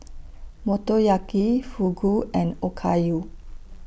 Motoyaki Fugu and Okayu